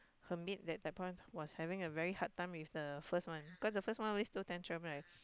her maid that point of time was having a very hard time with the first one cause the first one always throw tantrum right